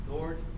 Lord